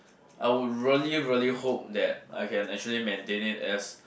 I would really really hope that I can actually maintain it as